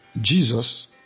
Jesus